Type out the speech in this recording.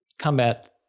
combat